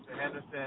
Henderson